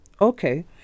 Okay